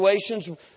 situations